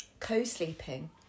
co-sleeping